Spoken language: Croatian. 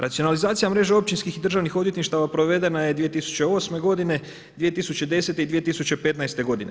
Racionalizacija mreže općinskih i državnih odvjetništava provedena je 2008. godine, 2010. i 2015. godine.